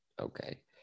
Okay